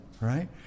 right